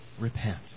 Repent